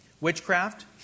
Witchcraft